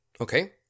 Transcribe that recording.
Okay